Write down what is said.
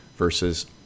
versus